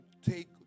take